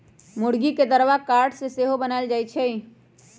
मूर्गी के दरबा काठ से सेहो बनाएल जाए छै